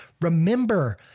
remember